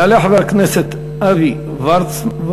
יעלה חבר הכנסת אבי וורצמן,